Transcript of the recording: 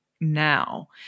now